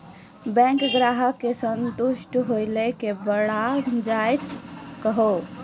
Bank ग्राहक के संतुष्ट होयिल के बढ़ जायल कहो?